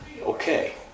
okay